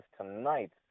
tonight